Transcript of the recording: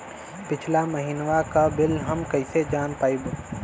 पिछला महिनवा क बिल हम कईसे जान पाइब?